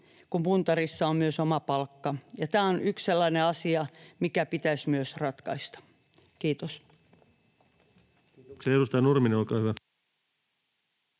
kun puntarissa on myös oma palkka? Tämä on yksi sellainen asia, mikä pitäisi myös ratkaista. — Kiitos.